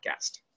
podcast